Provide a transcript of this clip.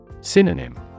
Synonym